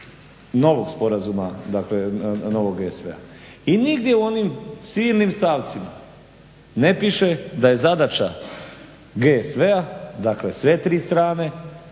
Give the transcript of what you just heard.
novog sporazuma, dakle novog GSV-a. I nigdje u onim silnim stavcima ne piše da je zadaća GSV, dakle sve tri strane